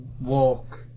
walk